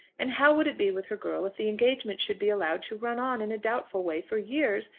and how would it be with her girl if the engagement should be allowed to run on in a doubtful way for years,